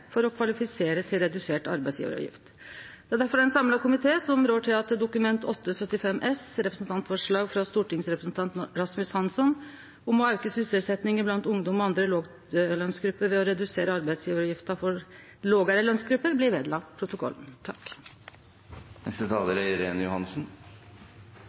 for å kvalifisere til redusert arbeidsgjevaravgift. Det er difor ein samla komité som rår til at Dokument 8:75 S for 2016–2017, representantforslag frå stortingsrepresentant Rasmus Hansson, om å auke sysselsetjinga blant ungdom og andre låglønsgrupper ved å redusere arbeidsgjevaravgifta for lågare lønsgrupper, blir lagt ved protokollen.